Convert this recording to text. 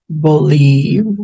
believe